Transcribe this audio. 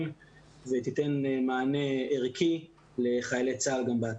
ותיתן מענה ערכי לחיילי צה"ל גם בעתיד.